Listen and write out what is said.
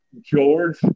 George